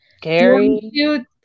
Gary